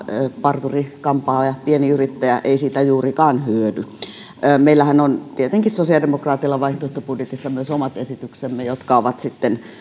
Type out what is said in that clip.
parturi kampaaja pieni yrittäjä ei siitä juurikaan hyödy meillä sosiaalidemokraateillahan on tietenkin vaihtoehtobudjetissa myös omat esityksemme jotka ovat sitten